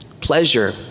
pleasure